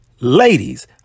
ladies